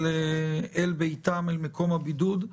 אל ביתם, אל מקום הבידוד.